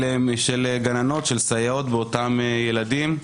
של גננות וסייעות באותם ילדים,